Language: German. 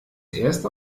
erste